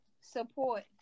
support